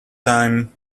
time